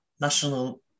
national